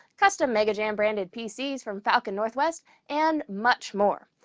custom megajam branded pcs from falcon northwest and much more.